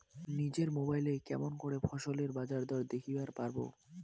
নিজের মোবাইলে কেমন করে ফসলের বাজারদর দেখিবার পারবো?